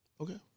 Okay